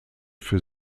für